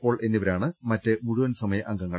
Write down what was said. Paul എന്നിവരാണ് മറ്റ് മുഴുവൻ സമയ അംഗങ്ങൾ